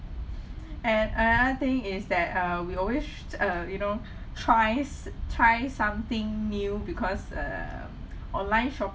and another thing is that uh we always uh you know tries try something new because err online shopping